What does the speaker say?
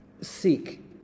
seek